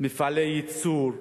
מפעלי ייצור,